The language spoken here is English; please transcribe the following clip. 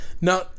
Now